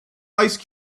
ice